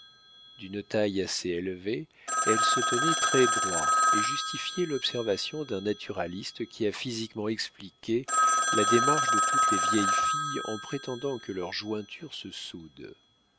d'une taille assez élevée elle se tenait très droit et justifiait l'observation d'un naturaliste qui a physiquement expliqué la démarche de toutes les vieilles filles en prétendant que leurs jointures se soudent